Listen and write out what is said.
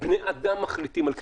בני אדם מחליטים על קריטריונים,